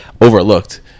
overlooked